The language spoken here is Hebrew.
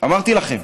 אמרתי לכם.